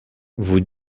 vous